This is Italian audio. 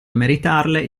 meritarle